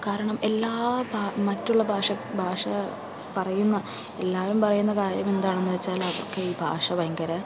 കാരണം എല്ലാ ഭാ മറ്റുള്ള ഭാഷ ഭാഷ പറയുന്ന എല്ലാരും പറയുന്ന കാര്യം എന്താണെന്ന് വെച്ചാല് അവർക്ക് ഈ ഭാഷ ഭയങ്കര